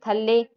ਥੱਲੇ